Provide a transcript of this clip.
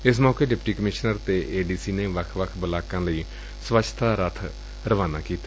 ਏਸ ਮੌਕੇ deputy commissioner ਅਤੇ ਏ ਡੀ ਸੀ ਨੇ ਵੱਖ ਵੱਖ ਬਲਾਕਾਂ ਲਈ ਸਵੱਛਤਾ ਰਬ ਵੀ ਰਵਾਨਾ ਕੀਤੇ